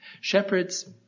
Shepherds